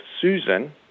Susan